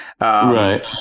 Right